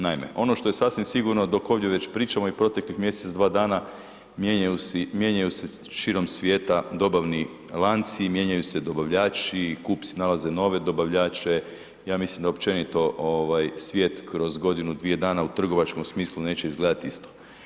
Naime, ono što je sasvim sigurno dok ovdje već pričamo i proteklih mjesec, dva dana mijenjaju se širom svijeta dobavni lanci, mijenjaju se dobavljači, kupci nalaze nove dobavljače i ja mislim da općenito svijet kroz godinu, dvije dana u trgovačkom smislu neće izgledat isto.